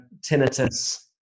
tinnitus